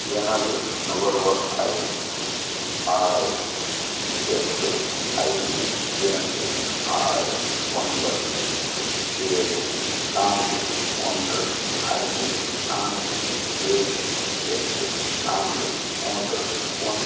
எனது நுகர்வோர் ஐடி ஆறு எட்டு ஐந்து இரண்டு ஆறு ஒன்பது ஏழு நான்கு ஒன்று ஐந்து நான்கு ஏழு எட்டு நான்கு மூன்று ஒன்று